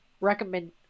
recommend